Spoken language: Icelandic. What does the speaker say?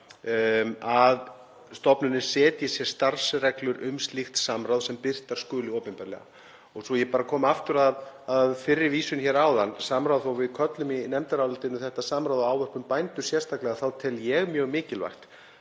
stofnun […] setji sér starfsreglur um slíkt samráð sem birtar skuli opinberlega.“ Svo að ég komi aftur að fyrri vísun hér áðan, þó að við tölum í nefndarálitinu um þetta samráð og ávörpum bændur sérstaklega, þá tel ég mjög mikilvægt